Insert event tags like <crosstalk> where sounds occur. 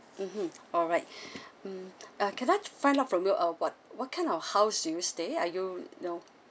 mmhmm alright <breath> mm can I find out from you uh what what kind of house do you stay are you you know